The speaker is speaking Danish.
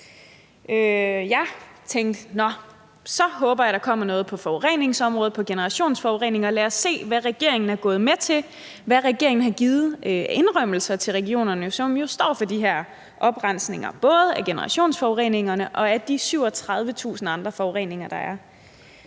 Jeg tænkte: Nå, så håber jeg, at der kommer noget på forureningsområdet, på generationsforureningsområdet; lad os se, hvad regeringen er gået med til, hvad regeringen har givet af indrømmelser til regionerne. Regionerne står jo for de her oprensninger af både generationsforureningerne og af de 37.000 andre forurenede grunde, der er.